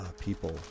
people